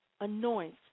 anoint